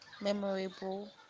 memorable